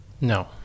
No